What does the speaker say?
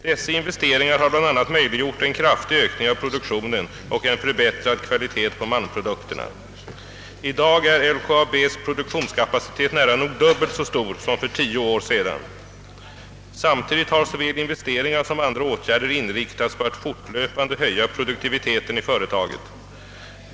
Dessa investeringar har bl.a. möjliggjort en kraftig ökning av produktionen och en förbättrad kvalitet på malmprodukterna. I dag är LKAB:s produktionskapacitet nära nog dubbelt så stor som för tio år sedan. Samtidigt har såväl investeringar som andra åtgärder inriktats på att fortlöpande höja produktiviteten i företaget.